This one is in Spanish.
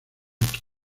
aquí